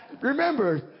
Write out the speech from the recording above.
Remember